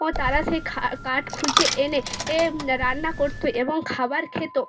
ও তারা সেই কাঠ খুঁজে এনে এ রান্না করত এবং খাবার খেত